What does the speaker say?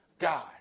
God